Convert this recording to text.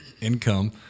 income –